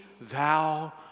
thou